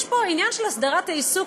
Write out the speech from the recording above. יש פה עניין שהסדרת העיסוק,